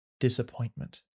Disappointment